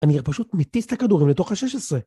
אני פשוט מתיז את הכדורים לתוך ה-16